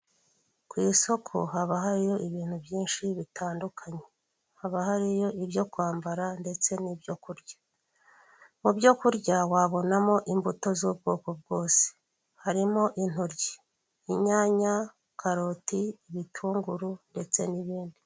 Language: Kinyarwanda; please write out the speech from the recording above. Ku isoko haba hari ibintu byinshi bitandukanye, haba hari ibyo kwambara ndetse n'ibyo kurya. Mu byo kurya wabonamo imbuto z'ubwoko bwose, harimo: intoryi, inyanya ,karoti, ibitunguru, ndetse n'ibindi.